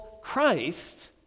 Christ